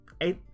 eight